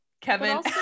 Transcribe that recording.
Kevin